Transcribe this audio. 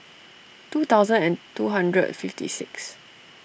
two thousand and two hundred fifty six